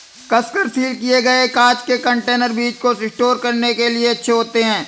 कसकर सील किए गए कांच के कंटेनर बीज को स्टोर करने के लिए अच्छे होते हैं